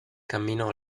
camminò